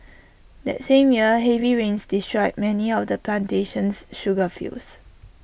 that same year heavy rains destroyed many of the plantation's sugar fields